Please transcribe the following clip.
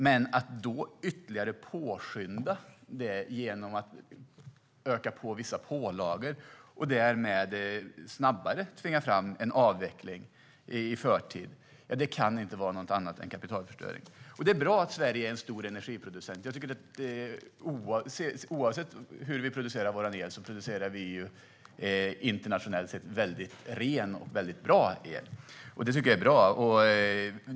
Men att ytterligare påskynda detta genom att öka vissa pålagor och därmed tvinga fram en avveckling i förtid kan inte vara något annat än kapitalförstöring. Det är bra att Sverige är en stor energiproducent. Oavsett hur vi producerar vår el producerar vi internationellt sett väldigt ren och väldigt bra el. Det tycker jag är bra.